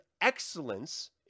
excellence